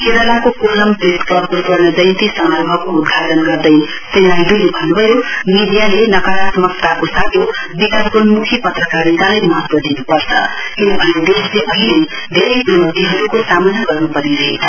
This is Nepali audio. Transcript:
केरालाको कोल्लम प्रेस क्लबको स्वर्ण जयन्ती समारोहको उद्घाटन गर्दै श्री नाइड्ले भन्न्भयो मीडियाले नकारात्मकताको साटो विकासोन्म्खि पत्रकारितालाई महत्व दिन्पर्छ किनकि देशले अहिले धेरै च्नौतीहरूको सामना गर्न् परिरहेछ